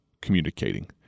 communicating